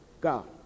God